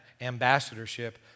ambassadorship